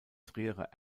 trierer